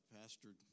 Pastor